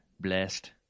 Blessed